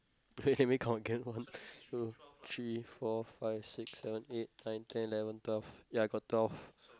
let me count can one two three four five six seven eight nine ten eleven twelve ya I got twelve